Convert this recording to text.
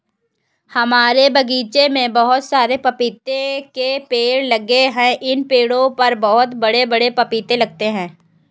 हमारे बगीचे में बहुत सारे पपीते के पेड़ लगे हैं इन पेड़ों पर बहुत बड़े बड़े पपीते लगते हैं